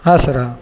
हा सर हा